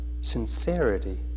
sincerity